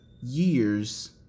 years